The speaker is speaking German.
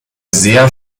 sehr